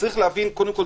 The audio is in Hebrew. קודם כול,